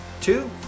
Two